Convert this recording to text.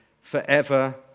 forever